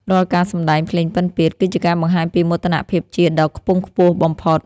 រាល់ការសម្ដែងភ្លេងពិណពាទ្យ គឺជាការបង្ហាញពីមោទនភាពជាតិដ៏ខ្ពង់ខ្ពស់បំផុត។